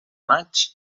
maig